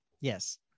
Yes